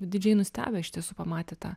didžiai nustebę iš tiesų pamatę tą